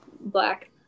black